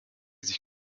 sich